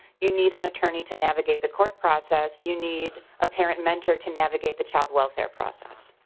you need an attorney to navigate the court process. you need a parent mentor to navigate the child welfare process.